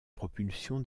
propulsion